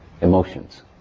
emotions